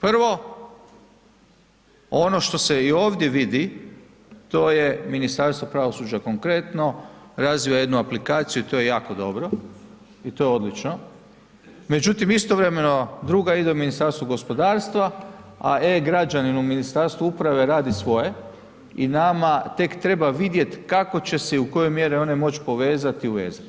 Prvo ono što se i ovdje vidi to je Ministarstvo pravosuđa konkretno razvija jednu aplikaciju i to je jako dobro i to je odlično, međutim istovremeno druga ide u Ministarstvu gospodarstva, a e-građanin u Ministarstvu uprave radi svoje i nama tek treba vidjet kako će se i u kojoj mjeri one moć povezat i uvezat.